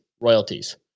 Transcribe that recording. royalties